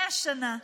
100 שנה.